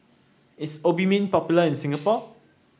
is Obimin popular in Singapore